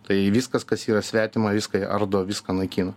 tai viskas kas yra svetima viską jie ardo viską naikina